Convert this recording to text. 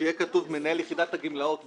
יהיה כתוב "מנהל יחידת הגמלאות במוסד".